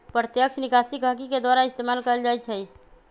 प्रत्यक्ष निकासी गहकी के द्वारा इस्तेमाल कएल जाई छई